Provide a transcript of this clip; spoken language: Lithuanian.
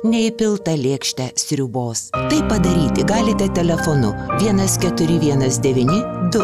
neįpiltą lėkštę sriubos tai padaryti galite telefonu vienas keturi vienas devyni du